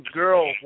girl